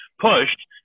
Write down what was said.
pushed